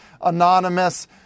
anonymous